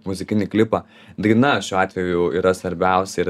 muzikinį klipą daina šiuo atveju yra svarbiausia ir